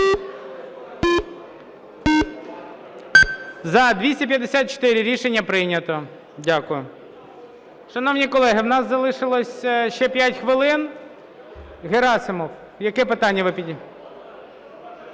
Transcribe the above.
За-254 Рішення прийнято. Дякую. Шановні колеги, в нас залишилось ще 5 хвилин. Герасимов, яке питання ви…